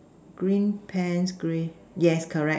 green pants grey yes correct